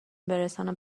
برساند